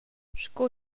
sco